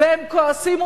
והם כועסים,